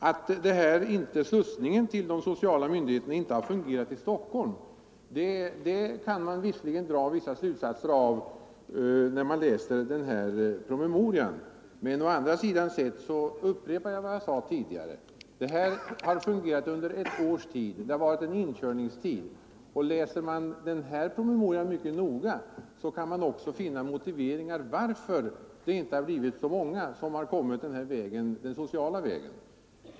Att slussningen till de sociala myndigheterna inte har fungerat i Stockholm kan man visserligen dra vissa slutsatser av, men jag upprepar vad jag sade: Lagen har varit i tillämpning under ett år, och det har varit en kort inkörningstid. Läser man promemorian mycket noga, kan man också finna motiveringar till att det inte har blivit så många som slussats över till sociala myndigheter.